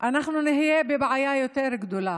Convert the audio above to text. אנחנו נהיה בבעיה יותר גדולה.